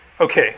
Okay